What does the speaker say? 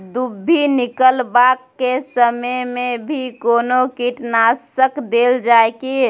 दुभी निकलबाक के समय मे भी कोनो कीटनाशक देल जाय की?